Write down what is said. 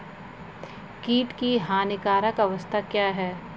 कीट की हानिकारक अवस्था क्या है?